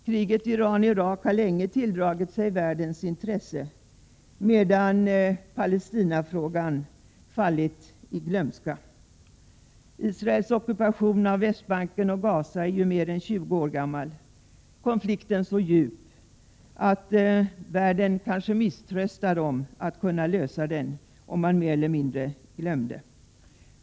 Kriget Iran—Irak har länge tilldragit sig världens intresse, medan Palestinafrågan fallit i glömska. Israels ockupation av Västbanken och Gaza är ju mer än 20 år gammal, och konflikten är så djup att världen kanske misströstade om att lösa den — och mer eller mindre glömde den.